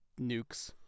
nukes